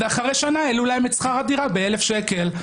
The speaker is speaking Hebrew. אבל אחרי שנה העלו להם את שכר הדירה ב-1,000 שקל,